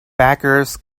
beggars